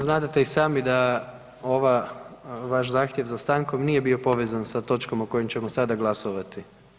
Znadete i sami da ova vaš zahtjev za stankom nije bio povezan sa točkom o kojoj ćemo sada glasovati.